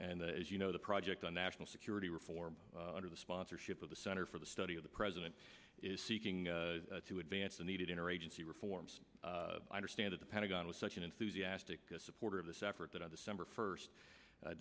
and as you know the project on national security reform under the sponsorship of the center for the study of the president is seeking to advance the needed inner agency reforms i understand at the pentagon was such an enthusiastic supporter of this effort that on december first